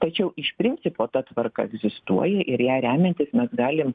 tačiau iš principo ta tvarka egzistuoja ir ja remiantis mes galim